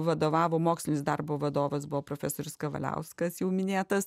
vadovavo mokslinis darbo vadovas buvo profesorius kavaliauskas jau minėtas